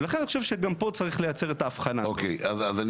ולכן אני חושב שגם פה צריך לייצר את ההבחנה הזאת.